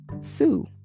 Sue